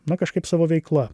na kažkaip savo veikla